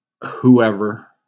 whoever